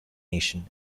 nation